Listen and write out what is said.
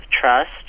trust